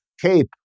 Cape